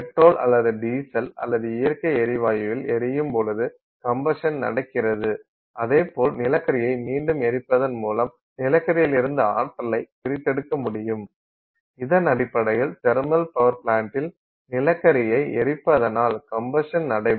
petrol அல்லது diesel அல்லது இயற்கை எரிவாயுவில் எரியும் பொழுது கம்பசன் நடக்கிறது அதேபோல் நிலக்கரியை மீண்டும் எரிப்பதன் மூலம் நிலக்கரியிலிருந்து ஆற்றலைப் பிரித்தெடுக்க முடியும் இதன் அடிப்படையில் தெர்மல் பவர் ப்ளாண்டில் நிலக்கரியை எரிப்பதனால் கம்பசன் நடைபெறும்